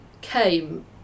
came